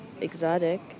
Exotic